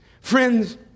Friends